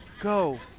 Go